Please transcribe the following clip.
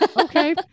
okay